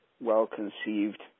well-conceived